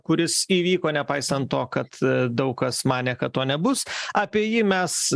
kuris įvyko nepaisant to kad daug kas manė kad to nebus apie jį mes